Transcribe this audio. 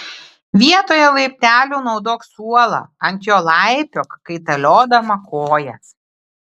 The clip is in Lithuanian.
vietoje laiptelių naudok suolą ant jo laipiok kaitaliodama kojas